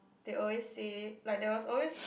they always say like there was always